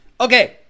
okay